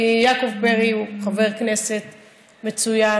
כי יעקב פרי הוא חבר כנסת מצוין,